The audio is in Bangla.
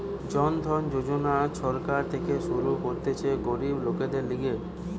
জন ধন যোজনা সরকার থেকে শুরু করতিছে গরিব লোকদের লিগে